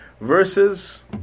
Versus